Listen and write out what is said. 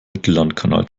mittellandkanal